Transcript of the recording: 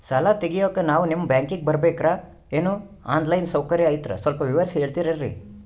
ಸಾಲ ತೆಗಿಯೋಕಾ ನಾವು ನಿಮ್ಮ ಬ್ಯಾಂಕಿಗೆ ಬರಬೇಕ್ರ ಏನು ಆನ್ ಲೈನ್ ಸೌಕರ್ಯ ಐತ್ರ ಸ್ವಲ್ಪ ವಿವರಿಸಿ ಹೇಳ್ತಿರೆನ್ರಿ?